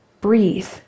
breathe